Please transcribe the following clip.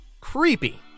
Creepy